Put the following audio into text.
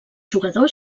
jugadors